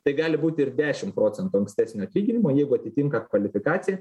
tai gali būti ir dešim procentų ankstesnio atlyginimo jeigu atitinka kvalifikaciją